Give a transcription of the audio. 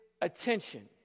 attention